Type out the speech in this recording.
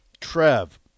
Trev